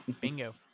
Bingo